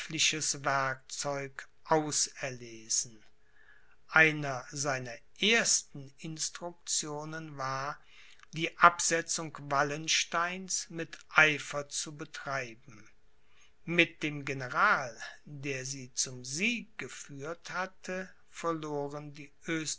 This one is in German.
auserlesen eine seiner ersten instruktionen war die absetzung wallensteins mit eifer zu betreiben mit dem general der sie zum sieg geführt hatte verloren die